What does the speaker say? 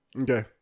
Okay